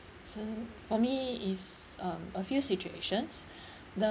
so for me is um a few situations the